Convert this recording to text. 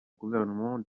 gouvernement